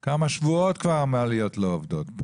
ואמרו שכמה שבועות המעליות לא עובדות.